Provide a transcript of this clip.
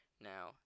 Now